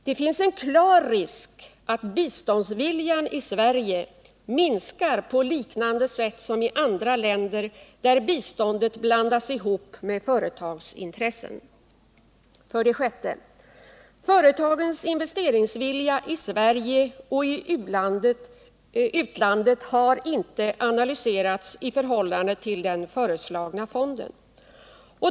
Det finns en klar risk att biståndsviljan i Sverige minskar på liknande sätt som i andra länder, där biståndet blandats ihop med företagsintressen. 6. Företagens investeringsvilja i Sverige och i utlandet har inte analyserats i förhållande till den föreslagna fonden.